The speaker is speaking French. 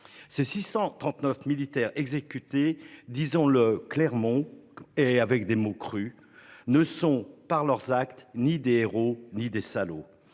Ces 639 militaires exécutés, disons-le clairement, et avec des mots crus ne sont par leurs actes ni des héros ni des salauds.